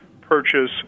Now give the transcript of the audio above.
purchase